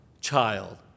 child